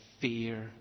fear